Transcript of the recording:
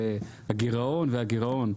והגירעון והגירעון,